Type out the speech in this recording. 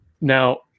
Now